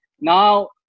Now